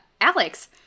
Alex